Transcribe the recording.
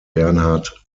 bernhard